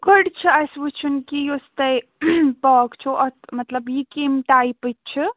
گۄڈٕ چھُ اسہِ وُچھُن کہِ یۄس تۄہہِ پارک چھو اَتھ مطلب یہِ کٔمہِ ٹایپٕچۍ چھِ